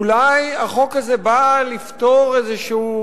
אולי החוק הזה בא לפתור איזשהו